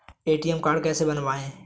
ATM card कैसे बनवाएँ?